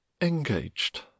ENGAGED